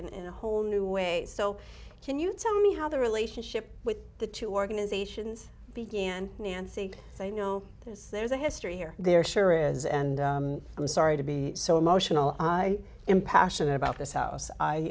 beauty in a whole new way so can you tell me how the relationship with the two organizations began and think they know this there's a history here there sure is and i'm sorry to be so emotional i am passionate about this house i